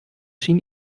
schien